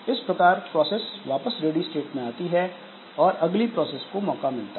इस प्रकार प्रोसेस वापस रेडी स्टेट में आती है और अगली प्रोसेस को मौका मिलता है